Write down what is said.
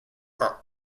are